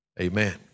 amen